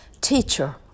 teacher